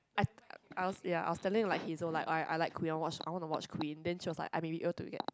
I I was ya I was telling like Hazel like oh I I like Queen I wanna watch I wanna watch Queen then she was like I may be able to get